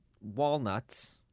walnuts